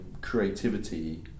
creativity